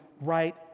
right